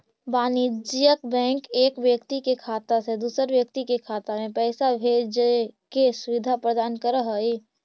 वाणिज्यिक बैंक एक व्यक्ति के खाता से दूसर व्यक्ति के खाता में पैइसा भेजजे के सुविधा प्रदान करऽ हइ